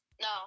no